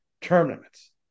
tournaments